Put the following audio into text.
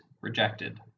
rejected